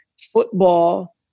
football